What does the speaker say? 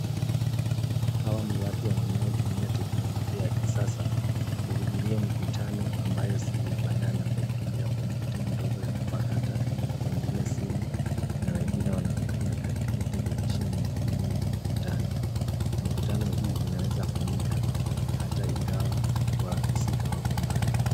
Hawa ni watu wanaotumia teknolojia ya kisasa kuhudhuria mikutano ambayo si ya bayana kwa kutumia kompyuta ndogo ya kupakata, wengine simu na wengine wanaonekana katika televisheni iliyoko ukutani. Mikutano hii inaweza fanyika hata ingawa wahusika wako mbali.